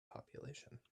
population